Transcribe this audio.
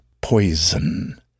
poison